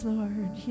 Lord